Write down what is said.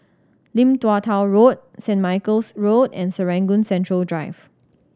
Lim Tua Tow Road Saint Michael's Road and Serangoon Central Drive